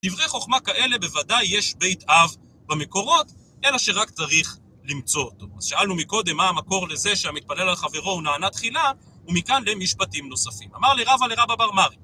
דברי חוכמה כאלה בוודאי יש בית אב במקורות, אלא שרק צריך למצוא אותו. אז שאלנו מקודם מה המקור לזה שהמתפלל על חברו נענה תחילה, ומכאן למשפטים נוספים. אמר לי רבה לרבא בר מרי.